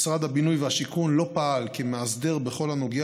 "משרד הבינוי והשיכון לא פעל כמאסדר בכל הנוגע